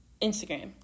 instagram